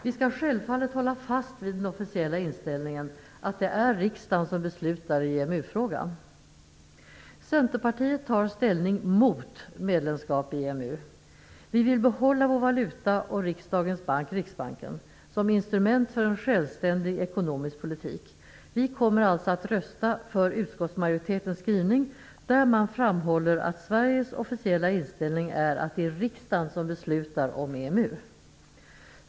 Vi skall självfallet hålla fast vid den officiella inställningen att det är riksdagen som beslutar i EMU Centerpartiet tar ställning mot medlemskap i EMU. Vi vill behålla vår valuta och riksdagens bank, Riksbanken, som instrument för en självständig ekonomisk politik. Vi kommer alltså att rösta för utskottsmajoritetens skrivning, där man framhåller att Sveriges officiella inställning är att det är riksdagen som beslutar om EMU.